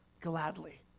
gladly